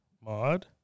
mod